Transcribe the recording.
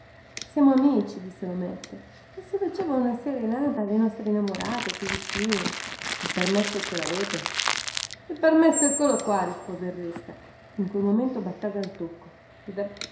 siamo amici disse lometto che si faceva una serenata alle nostre innamorate qui vicino il permesso ce lavete il permesso eccolo qua rispose il resca in quel momento batteva il tocco